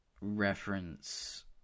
reference